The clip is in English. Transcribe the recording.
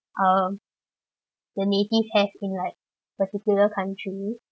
um the native have been like the particular country